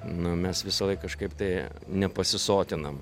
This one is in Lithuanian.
nu mes visąlaik kažkaip tai nepasisotinam